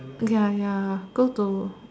ya ya go to